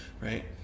right